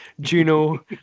Juno